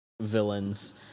villains